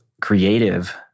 creative